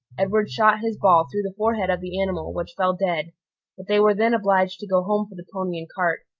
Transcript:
edward shot his ball through the forehead of the animal, which fell dead but they were then obliged to go home for the pony and cart,